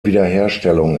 wiederherstellung